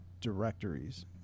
directories